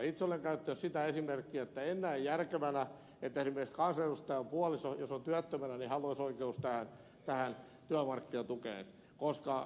itse olen käyttänyt sitä esimerkkiä että en näe järkevänä että jos esimerkiksi kansanedustajan puoliso on työttömänä hänellä olisi oikeus tähän työmarkkinatukeen